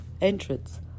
entrance